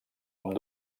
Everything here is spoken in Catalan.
amb